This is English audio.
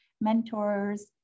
mentors